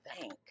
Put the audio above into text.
thank